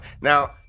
now